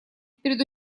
перед